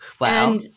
Wow